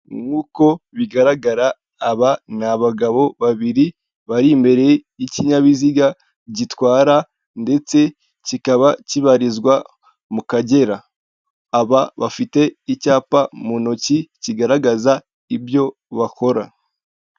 Nk'uko bigaragara aba ni abagabo babiri bari imbere y'ikinyabiziga gitwara ndetse kikaba kibarizwa mu kagera aba bafite icyapa mu ntoki kigaragaza ibyo bakora.